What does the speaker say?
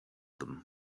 them